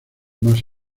más